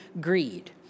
greed